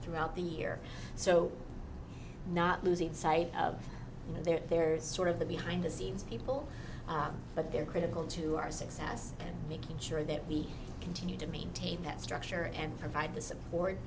throughout the year so not losing sight of you know there's sort of the behind the scenes people but they're critical to our success and making sure that we continue to maintain that structure and provide the support